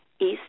East